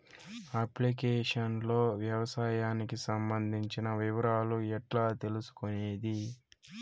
Application లో వ్యవసాయానికి సంబంధించిన వివరాలు ఎట్లా తెలుసుకొనేది?